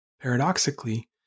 paradoxically